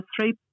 three